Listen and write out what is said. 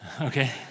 Okay